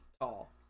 tall